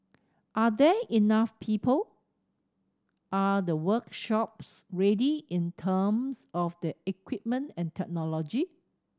are there enough people are the workshops ready in terms of the equipment and technology